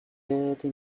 thirty